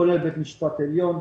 כולל בבית המשפט העליון.